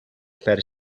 per